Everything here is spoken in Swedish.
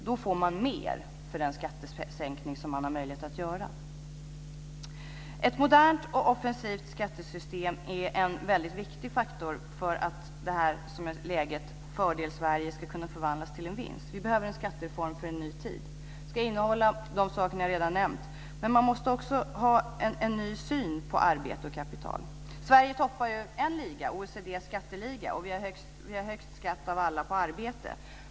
Då får man mer för den skattesänkning som det finns möjlighet att göra. Ett modernt och offensivt skattesystem är en viktig faktor för att läget fördel Sverige ska kunna förvandlas till en vinst. Vi behöver en skattereform för en ny tid. Den ska innehålla de saker jag redan har nämnt. Men man måste också ha en ny syn på arbete och kapital. Sverige toppar OECD:s skatteliga. Vi har högst skatt på arbete av alla.